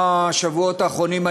בשבועות האחרונים,